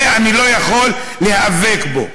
זה, אני לא יכול להיאבק בו.